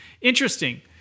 interesting